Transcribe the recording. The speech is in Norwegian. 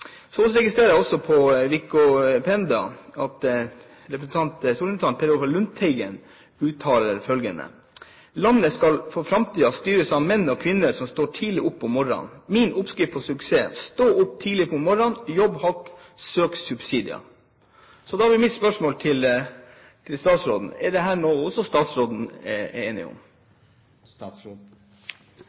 Så registrerer jeg også at stortingsrepresentant Per Olaf Lundteigen på Wikiquote har uttalt følgende: «Landet skal for framtida styres av menn og kvinner som står tidlig opp om morran.» Han har også sagt: «Min oppskrift på suksess: Stå opp tidlig om morra'n, jobb hardt, søk subsidier.» Da er mitt spørsmål til statsråden: Er dette noe også statsråden er enig